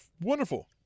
wonderful